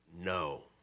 no